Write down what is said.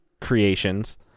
creations